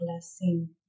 blessing